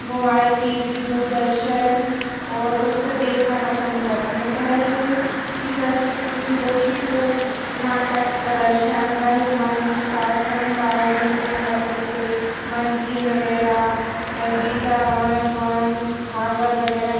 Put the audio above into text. mobile TV Doordarshan और उसपर देखना पसंद करते हैं नहीं पहले कि कि संस्कृति इतनी वह थी कि लोग नाटक प्रदर्शन रंगमंच कार्यक्रम का आयोजन किया करते थे मंडली वग़ैरह गीता रामायण पुराण भागवत वग़ैरह